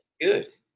good